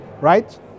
right